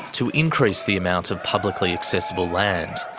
to increase the amount of publically accessible land.